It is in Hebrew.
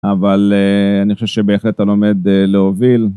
אבל אני חושב בהחלט אתה לומד להוביל.